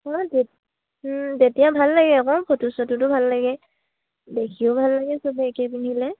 অঁ তেতিয়া ভাল লাগে আকৌ ফটো চটোটো ভাল লাগে দেখিও ভাল লাগে চবে একে পিন্ধিলে